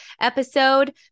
episode